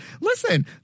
Listen